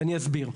ואני אסביר.